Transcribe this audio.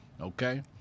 Okay